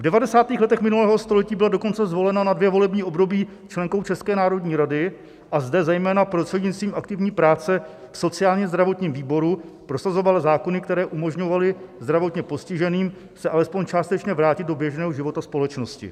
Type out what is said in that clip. V devadesátých letech minulého století byla dokonce zvolena na dvě volební období členkou České národní rady a zde, zejména prostřednictvím aktivní práce v sociálnězdravotním výboru, prosazovala zákony, které umožňovaly zdravotně postiženým se alespoň částečně vrátit do běžného života společnosti.